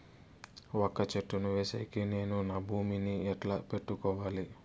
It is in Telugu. వక్క చెట్టును వేసేకి నేను నా భూమి ని ఎట్లా పెట్టుకోవాలి?